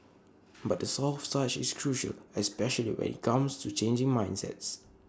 but the soft touch is crucial especially when IT comes to changing mindsets